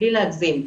בלי להגזים,